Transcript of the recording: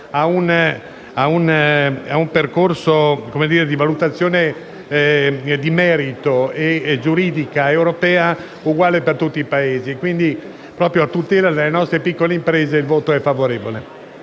a un percorso di valutazione di merito e giuridica europea uguale per tutti i Paesi. Quindi, proprio a tutela delle nostre piccole imprese, dichiaro